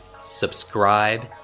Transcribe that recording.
subscribe